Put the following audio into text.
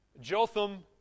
Jotham